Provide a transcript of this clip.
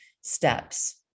steps